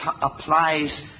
applies